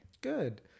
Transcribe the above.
Good